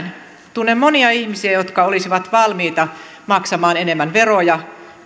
tunnen monia ihmisiä jotka olisivat valmiita maksamaan enemmän veroja